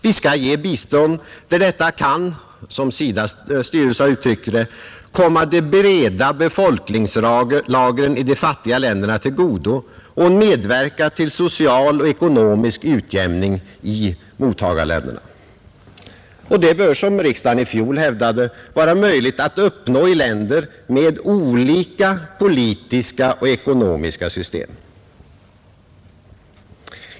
Vi skall ge bistånd där detta kan — som SIDA:s styrelse har uttryckt det — ”komma de breda befolkningslagren i de fattiga länderna till godo och medverka till social och ekonomisk utjämning i mottagarländerna”. Detta bör, som riksdagen i fjol hävdade, vara möjligt ”att uppnå i länder med olika politiska och ekonomiska system”.